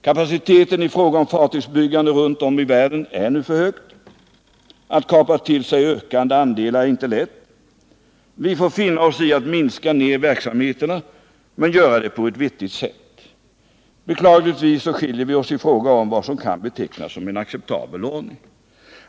Kapaciteten i fråga om fartygsbyggande runt om i världen är i dag för hög. Att kapa till sig ökande andelar är inte lätt. Vi får finna oss i att minska ner verksamheterna men göra det på ett vettigt sätt. Beklagligtvis skiljer vi oss i fråga om vad som kan betecknas som en acceptabel ordning.